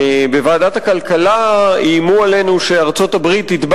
בוועדת הכלכלה איימו עלינו שארצות-הברית תתבע